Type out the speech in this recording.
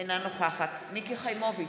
אינה נוכחת מיקי חיימוביץ'